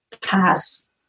pass